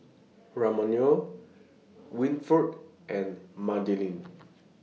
Ramona Wilford and Madelynn